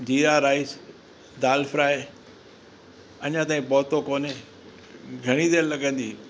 जीरा rice dal fry अञा ताईं पहुतो कोने घणी देरि लॻंदी